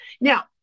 Now